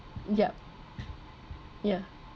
yup ya